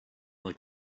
like